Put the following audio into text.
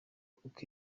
kuko